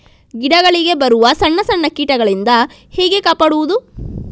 ಗಿಡಗಳಿಗೆ ಬರುವ ಸಣ್ಣ ಸಣ್ಣ ಕೀಟಗಳಿಂದ ಹೇಗೆ ಕಾಪಾಡುವುದು?